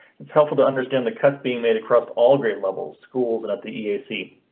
it's helpful to understand the cuts being made across all grade levels, schools, and at the ac.